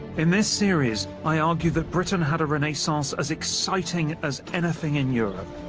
in this series, i argue that britain had a renaissance as exciting as anything in europe